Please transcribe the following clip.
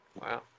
Wow